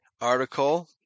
article